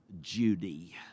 Judy